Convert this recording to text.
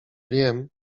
wiem